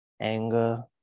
anger